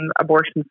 abortion